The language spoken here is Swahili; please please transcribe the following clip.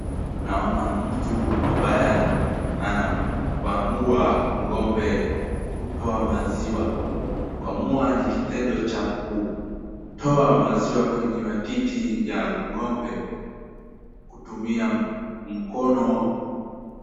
Naona mtu ambaye anakamua ng'ombe kutoa maziwa, kukamua ni kitendo cha kutoa maziwa kwenye matiti ya ng'ombe kutumia mkono.